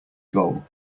goal